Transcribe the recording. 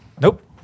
Nope